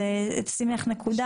אז נשים את זה כנקודה,